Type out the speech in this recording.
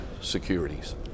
securities